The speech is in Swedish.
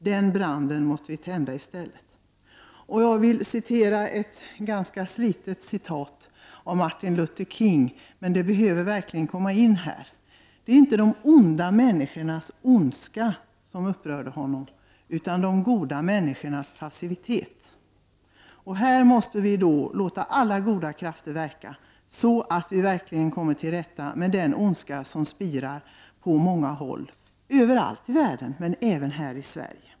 Den branden måste vi tända i stället. Jag vill referera till ett ganska slitet citat av Martin Luther King, men det behövs verkligen i detta sammanhang. Det var inte de onda människornas ondska som upprörde honom, utan de goda människornas passivitet. Vi måste här låta alla goda krafter verka så att vi kan komma till rätta med den ondska som spirar på många håll — överallt i världen, men även här i Sverige.